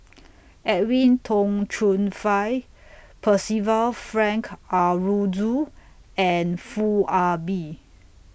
Edwin Tong Chun Fai Percival Frank Aroozoo and Foo Ah Bee